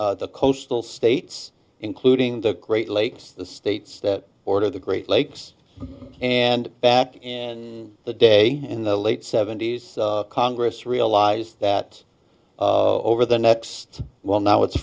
state the coastal states including the great lakes the states that order the great lakes and back in the day in the late seventy's congress realized that over the next well now it